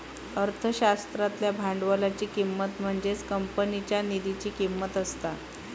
अर्थशास्त्रातल्या भांडवलाची किंमत म्हणजेच कंपनीच्या निधीची किंमत असता